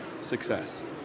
success